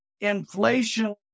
Inflation